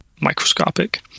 microscopic